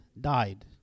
died